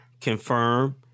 confirm